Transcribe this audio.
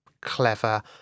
clever